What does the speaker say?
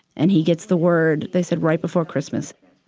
and he gets the word, they said, right before christmas.